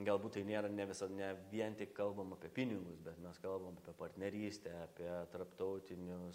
galbūt tai nėra ne visa ne vien tik kalbam apie pinigus bet mes kalbam pie partnerystę apie tarptautinius